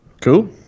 Cool